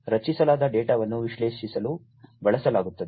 ರಚಿಸಲಾದ ಡೇಟಾವನ್ನು ವಿಶ್ಲೇಷಿಸಲು ಬಳಸಲಾಗುತ್ತದೆ